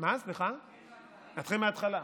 תתחיל מההתחלה.